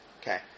Okay